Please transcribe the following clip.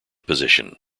position